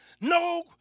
no